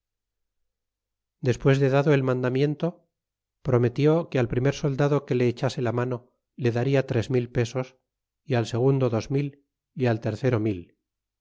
despees de dado el mandamiento prometió que alprinier soldado que le echase la mano le darla tres mil pesos y al segundo dos mil y al tercero mil